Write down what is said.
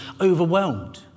overwhelmed